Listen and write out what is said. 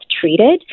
treated